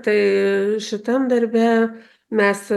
tai šitam darbe mes